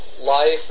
life